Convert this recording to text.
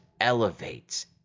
elevates